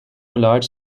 large